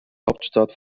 hauptstadt